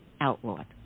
outlawed